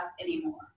anymore